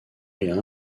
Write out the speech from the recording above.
rien